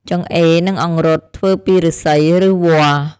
ចង្អេរ និងអង្រុត ធ្វើពីឫស្សីឬវល្លិ។